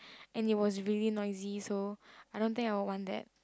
and it was really noisy so I don't think I'll want that